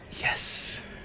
Yes